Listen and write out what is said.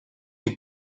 die